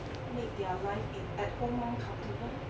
make their life in at home more comfortable